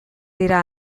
dira